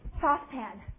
Saucepan